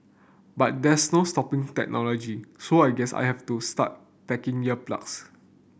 but there's no stopping technology so I guess I have to start packing ear plugs